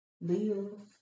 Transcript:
live